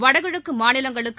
வடகிழக்கு மாநிலங்களுக்கு